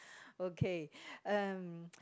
okay um